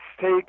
take